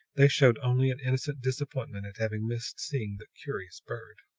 they showed only an innocent disappointment at having missed seeing the curious bird.